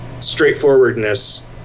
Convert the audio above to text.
straightforwardness